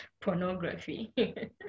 pornography